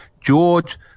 George